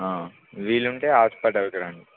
వీలు ఉంటే హాస్పిటల్కి రండి